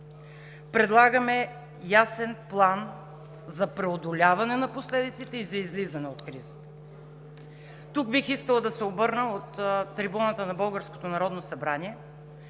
Предлагаме ясен план за преодоляване на последиците и за излизане от кризата. Тук бих искала да се обърна от трибуната на